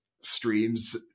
streams